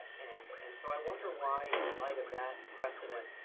and and so i wonder why in light of that precedent,